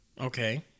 Okay